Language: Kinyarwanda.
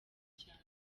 cyawe